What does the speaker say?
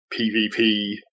PvP